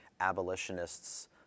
abolitionist's